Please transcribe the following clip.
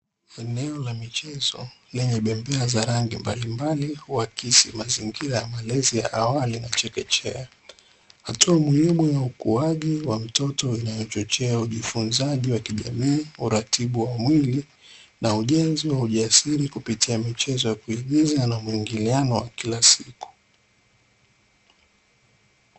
Eneo la michezo lenye bembea za rangi mbalimbali huakisi mazingira ya malezi ya awali na chekechea, hatua muhimu ya ukuaji wa mtoto inayochochea ujifunzaji wa kijamii, uratibu wa mwili na ujenzi wa ujasiri kupitia michezo ya kuigiza na mwingiliano wa kila siku.